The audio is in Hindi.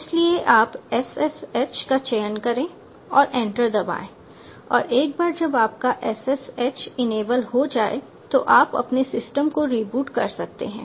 इसलिए आप SSH का चयन करें और एंटर दबाएं और एक बार जब आपका SSH इनेबल हो जाए तो आप अपने सिस्टम को रिबूट कर सकते हैं